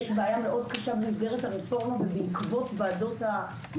יש בעיה מאוד קשה במסגרת הרפורמה ובעקבות ועדות האיתור